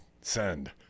Send